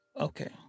Okay